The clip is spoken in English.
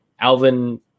Alvin